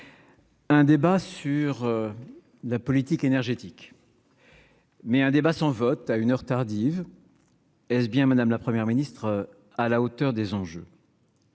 un débat sur la politique énergétique, mais un débat sans vote, à une heure tardive et est-ce bien madame la première ministre à la hauteur des enjeux